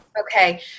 Okay